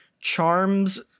charms